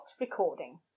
recording